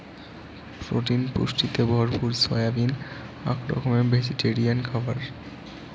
protein পুষ্টিতে ভরপুর soybean আক রকমের ভেজিটেরিয়ান খাবার